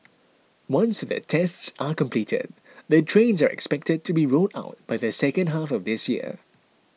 once the tests are completed the trains are expected to be rolled out by the second half of this year